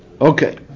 Okay